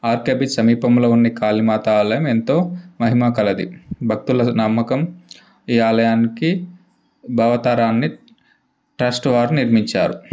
RK beach సమీపంలో ఉన్న కాళీమాత ఆలయం ఎంతో మహిమ కలది భక్తుల నమ్మకం ఈ ఆలయానికి భావతరణి ట్రస్ట్ వారు నిర్మించారు